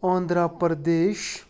Andhra Pradesh